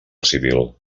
civil